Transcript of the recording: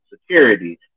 Security